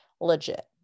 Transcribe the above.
legit